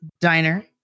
diner